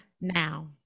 now